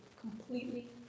completely